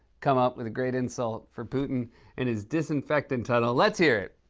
come up with a great insult for putin and his disinfectant tunnel. let's hear it.